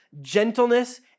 gentleness